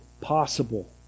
possible